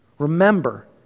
Remember